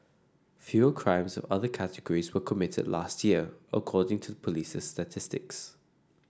fewer crimes of other categories were committed last year according to the police's statistics